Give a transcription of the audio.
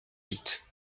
vite